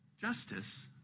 Justice